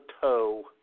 toe